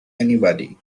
anybody